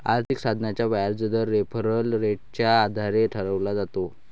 आर्थिक साधनाचा व्याजदर रेफरल रेटच्या आधारे ठरवला जातो